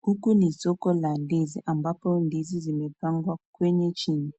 Huku ni soko la ndizi, ambako ndizi zimepangwa kwenye chini.